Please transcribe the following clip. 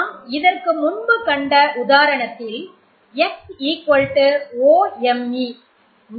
நாம் இதற்கு முன்பு கண்ட உதாரணத்தில் XOMe